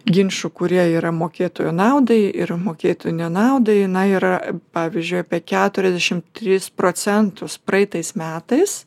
ginčų kurie yra mokėtojo naudai ir mokėtojų nenaudai na yra pavyzdžiui apie keturiasdešim trys procentus praeitais metais